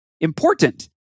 important